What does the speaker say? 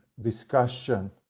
discussion